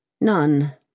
None